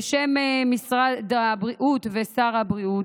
בשם משרד הבריאות ושר הבריאות,